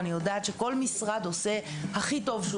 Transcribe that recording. אני יודעת שכל משרד עושה את הכי טוב שהוא